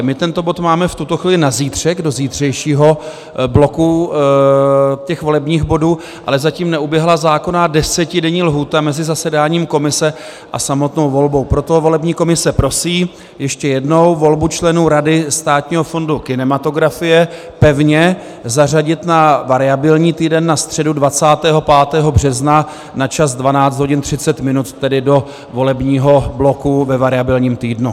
My tento bod máme v tuto chvíli na zítřek, do zítřejšího bloku volebních bodů, ale zatím neuběhla zákonná desetidenní lhůta mezi zasedáním komise a samotnou volbou, proto volební komise prosí ještě jednou volbu členů Rady státního fondu kinematografie pevně zařadit na variabilní týden na středu 25. března na čas 12.30 hodin, tedy do volebního bloku ve variabilním týdnu.